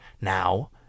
Now